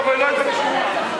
בבקשה.